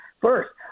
first